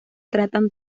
tratan